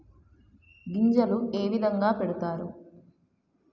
గింజలు ఏ విధంగా పెడతారు?